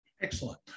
Excellent